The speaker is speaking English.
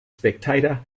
spectator